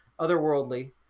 otherworldly